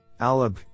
Alib